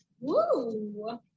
Woo